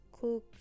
cook